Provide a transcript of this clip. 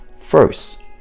first